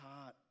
heart